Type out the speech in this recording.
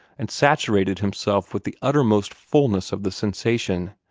and saturated himself with the uttermost fulness of the sensation.